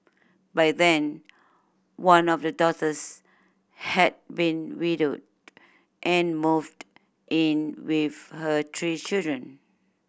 by then one of the daughters had been widowed and moved in with her three children